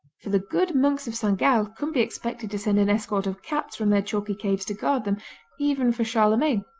for the good monks of saint-gall couldn't be expected to send an escort of cats from their chalky caves to guard them even for charlemagne.